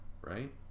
Right